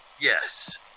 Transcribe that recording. Yes